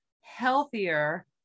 healthier